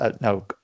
No